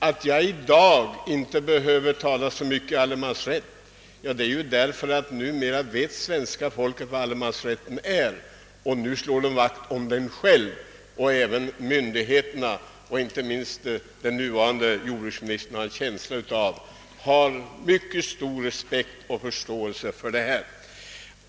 Att jag i dag inte behöver tala så mycket allemansrätt är ju för att svenska folket numera vet vad allemansrätten är och nu självt slår vakt om den; även myndigheterna och inte minst den nuvarande jordbruksministern har mycket stor respekt och förståelse för denna sak.